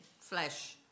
flesh